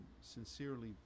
sincerely